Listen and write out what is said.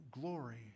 glory